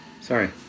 Sorry